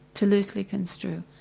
to loosely construe.